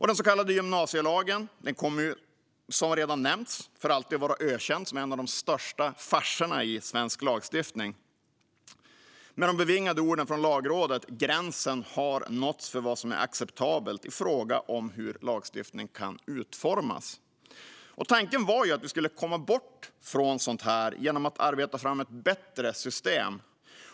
Den så kallade gymnasielagen kommer, som redan har nämnts, för alltid att vara ökänd som en av de största farserna i svensk lagstiftning. Lagrådets bevingade ord löd: "Gränsen har nåtts för vad som är acceptabelt i fråga om hur lagstiftning kan utformas." Tanken var att vi skulle komma bort från sådant genom att arbeta fram ett bättre system.